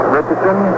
Richardson